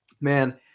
man